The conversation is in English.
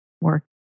Work